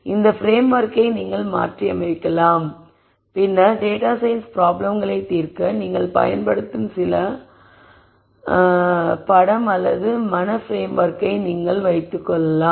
இந்த பிரேம்ஓர்க்கை நீங்கள் மாற்றியமைக்கலாம் பின்னர் டேட்டா சயின்ஸ் ப்ராப்ளம்களைத் தீர்க்க நீங்கள் பயன்படுத்தும் சில மன படம் அல்லது மன பிரேம்ஓர்க்கை நீங்கள் கொண்டிருக்கலாம்